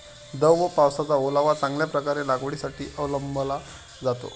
दव व पावसाचा ओलावा चांगल्या प्रकारे लागवडीसाठी अवलंबला जातो